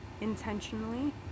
intentionally